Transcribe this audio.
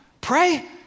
pray